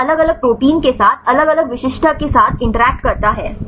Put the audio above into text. यह अलग अलग प्रोटीन के साथ अलग अलग विशिष्टता के साथ इंटरैक्ट करता है